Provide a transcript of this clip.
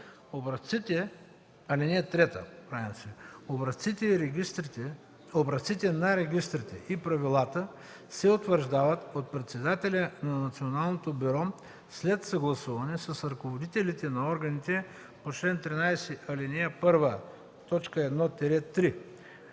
Образците на регистрите и правилата се утвърждават от председателя на Националното бюро след съгласуване с ръководителите на органите по чл. 13, ал. 1, т. 1-3,